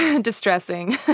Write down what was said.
distressing